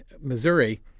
Missouri